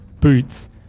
boots